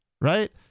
Right